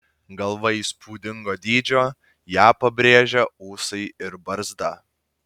galva įspūdingo dydžio ją pabrėžia ūsai ir barzda